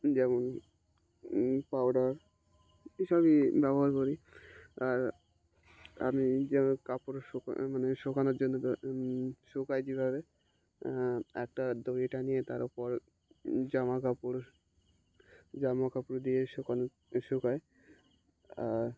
যেমন পাউডার এসবই ব্যবহার করি আর আমি যেমন কাপড় শুকা মানে শুকানোর জন্য শুকাই যেভাবে একটা দড়ি টাঙিয়ে তার উপর জামা কাপড় জামা কাপড় দিয়ে শুকানো শুকাই আর